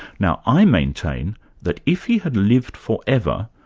now i maintain that, if he had lived forever,